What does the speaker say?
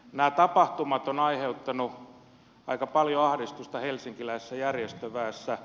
nämä tapahtumat ovat aiheuttaneet aika paljon ahdistusta helsinkiläisessä järjestöväessä